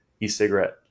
e-cigarette